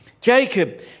Jacob